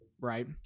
right